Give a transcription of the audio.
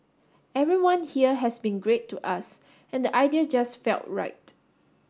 everyone here has been great to us and the idea just felt right